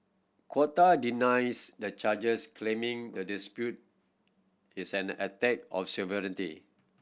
Qatar denies the charges claiming the dispute is an attack on sovereignty